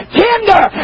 tender